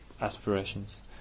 aspirations